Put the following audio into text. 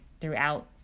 throughout